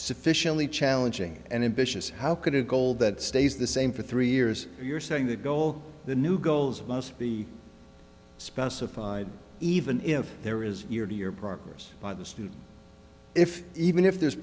sufficiently challenging and vicious how could a goal that stays the same for three years you're saying that goal the new goals must be sponsored even if there is year to year progress by the student if even if there's